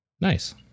Nice